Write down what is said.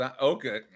Okay